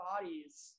bodies